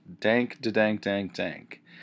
Dank-da-dank-dank-dank